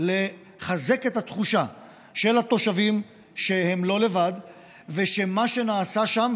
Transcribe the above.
לחזק את התחושה של התושבים שהם לא לבד ושמה שנעשה שם,